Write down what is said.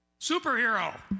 Superhero